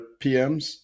pms